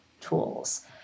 tools